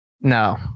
No